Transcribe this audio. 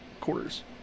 quarters